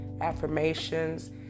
affirmations